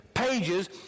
pages